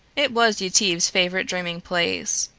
it was yetive's favorite dreaming place.